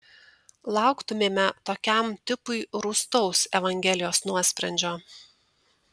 lauktumėme tokiam tipui rūstaus evangelijos nuosprendžio